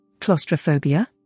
Claustrophobia